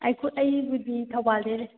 ꯑꯩꯕꯨꯗꯤ ꯊꯧꯕꯥꯜꯗꯒꯤꯅꯦ